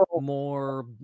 more